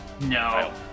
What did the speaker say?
No